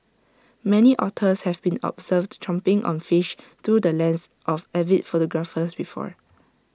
many otters have been observed chomping on fish through the lens of avid photographers before